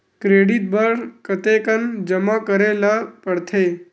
Credit बर कतेकन जमा करे ल पड़थे?